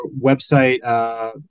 website